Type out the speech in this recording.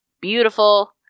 beautiful